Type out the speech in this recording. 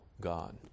God